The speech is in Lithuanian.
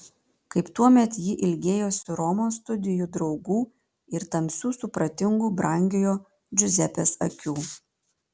kaip tuomet ji ilgėjosi romos studijų draugų ir tamsių supratingų brangiojo džiuzepės akių